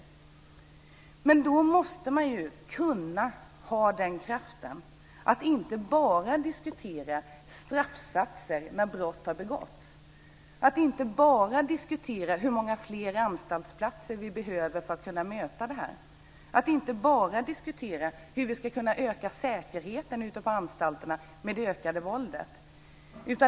Om man ska lyckas måste man ha kraften att inte bara diskutera straffsatser när brott har begåtts, att inte bara diskutera hur många fler anstaltsplatser vi behöver för att kunna möta detta och att inte bara diskutera hur vi ska kunna öka säkerheten ute på anstalterna med det ökade våldet.